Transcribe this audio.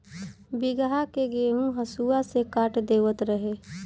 बीघहा के गेंहू हसुआ से काट देवत रहे